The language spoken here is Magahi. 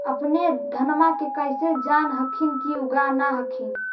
अपने धनमा के कैसे जान हखिन की उगा न हखिन?